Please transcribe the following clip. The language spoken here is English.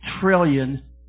trillion